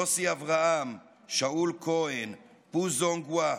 יוסי אברהם, שאול כהן, בו דזונג חווה,